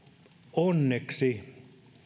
onneksi